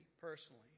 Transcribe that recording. personally